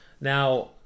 Now